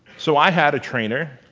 so i had a trainer,